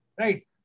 Right